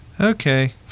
okay